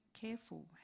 careful